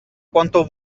quanto